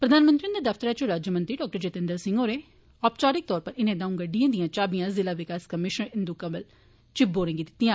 प्रधनमंत्री हुंदे दफ्तरै च राज्यमंत्री डॉ जितेंद्र सिंह होरें औपचारिक तौरा पर इनें दऊं गड्डिएं दियां चाबियां जिला विकास कमिषनर इंदू कंवल चिब होरें गी सौंपियां